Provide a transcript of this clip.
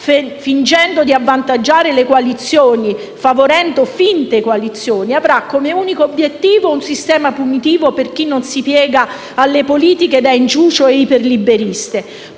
fingendo di avvantaggiare le coalizioni e favorendo le finte coalizioni, avrà come unico obiettivo un sistema punitivo per chi non si piega alle politiche da inciucio e iperliberiste;